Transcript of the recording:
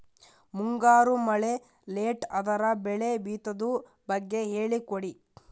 ಮುಂಗಾರು ಮಳೆ ಲೇಟ್ ಅದರ ಬೆಳೆ ಬಿತದು ಬಗ್ಗೆ ಹೇಳಿ ಕೊಡಿ?